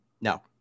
no